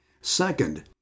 Second